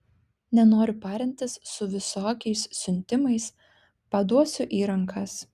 nenoriu parintis su visokiais siuntimais paduosiu į rankas